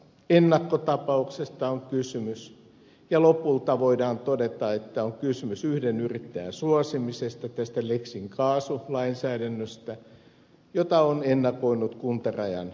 ennakkotapauksesta on kysymys ja lopulta voidaan todeta että on kysymys yhden yrittäjän suosimisesta tästä lex in casu lainsäädännöstä jota on ennakoinut kuntarajan muutos